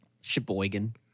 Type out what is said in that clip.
Sheboygan